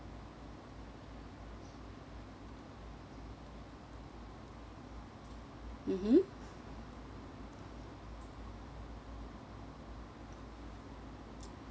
mmhmm